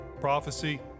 prophecy